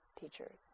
teacher